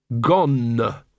Gone